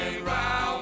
round